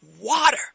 water